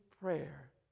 prayer